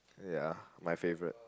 ya my favorite